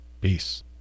Peace